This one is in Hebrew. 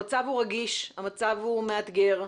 המצב רגיש, המצב מאתגר,